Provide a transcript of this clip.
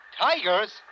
Tigers